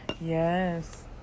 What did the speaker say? yes